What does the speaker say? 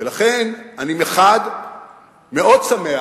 ולכן, אני מחד גיסא שמח